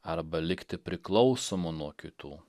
arba likti priklausomu nuo kitų